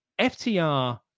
FTR